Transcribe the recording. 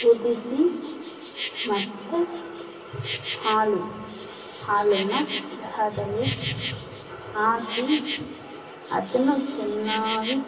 ಕುದಿಸಿ ಮತ್ತೆ ಹಾಲು ಹಾಲನ್ನು ಚಹಾದಲ್ಲಿ ಹಾಕಿ ಅದನ್ನು ಚೆನ್ನಾಗಿ